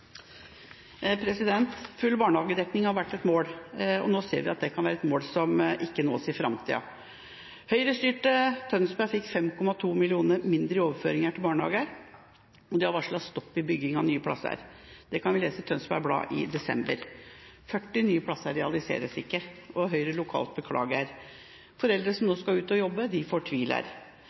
Full barnehagedekning har vært et mål. Nå ser vi at det kan være et mål som ikke kan nås i framtiden. Høyre-styrte Tønsberg fikk 5,2 mill. kr mindre i overføringer til barnehager. Det er varslet stopp i bygging av nye plasser. Det kunne vi lese i Tønsberg Blad i desember. 40 nye plasser realiseres ikke, og Høyre lokalt beklager. Foreldre som nå skal ut og jobbe, fortviler.